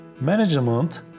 management